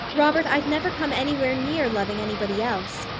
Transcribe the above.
robert, i've never come anywhere near loving anybody else.